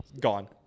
gone